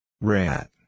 Rat